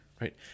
Right